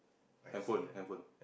handphone handphone